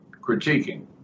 critiquing